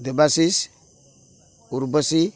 Debashish Urvashi